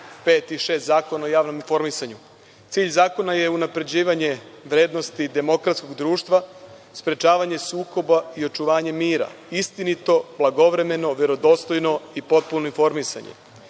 5. i 6. Zakona o javnom informisanju. Cilj zakona je unapređivanje vrednosti demokratskog društva, sprečavanje sukoba i očuvanje mira, istinito, blagovremeno, verodostojno i potpuno informisanje.